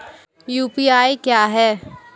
UPI क्या है?